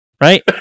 right